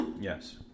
yes